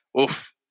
Oof